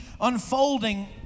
unfolding